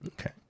Okay